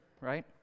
right